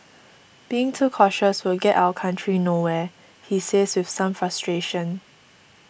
being too cautious will get our country nowhere he says with some frustration